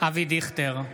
אבי דיכטר,